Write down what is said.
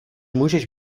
můžeš